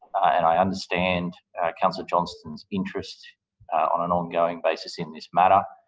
and i understand councillor johnston's interest on an ongoing basis in this matter.